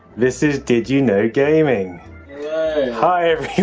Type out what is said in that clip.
this is did you know gaming hi